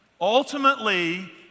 Ultimately